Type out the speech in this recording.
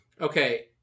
Okay